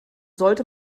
sollte